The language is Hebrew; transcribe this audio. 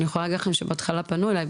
אני יכולה להגיד לכם שבהתחלה פנו אליי,